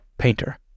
painter